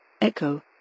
Echo